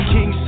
King